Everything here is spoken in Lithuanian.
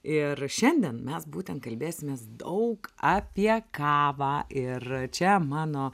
ir šiandien mes būtent kalbėsimės daug apie kavą ir čia mano